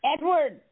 Edward